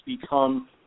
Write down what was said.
become